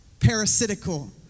parasitical